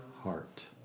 heart